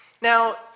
Now